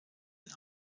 den